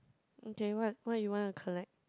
okay what what you want to collect